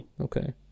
Okay